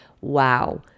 wow